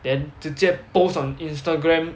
then 直接 post on instagram